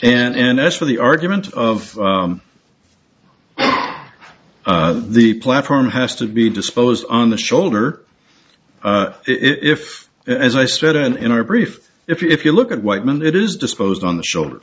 is and s for the argument of the platform has to be disposed on the shoulder if as i said and in our brief if you look at whiteman it is disposed on the shoulder